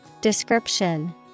Description